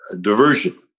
diversion